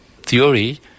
theory